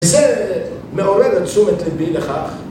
זה מעורר את תשומת ליבי לכך...